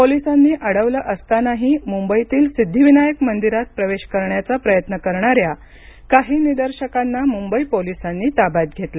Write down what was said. पोलिसांनी अडवलं असतानाही मुंबईतील सिद्धीविनायक मंदिरात प्रवेश करण्याचा प्रयत्न करणाऱ्या काही निदर्शकांना मुंबई पोलिसांनी ताब्यात घेतलं